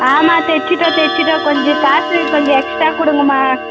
ஆமாம் தைச்சிட்டோம் தைச்சிட்டோம் கொஞ்சம் காசு கொஞ்சம் எக்ஸ்ட்ரா கொடுங்கம்மா